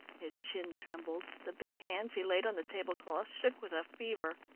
his chin trembled, the big hands he laid on the tablecloth shook with a fever.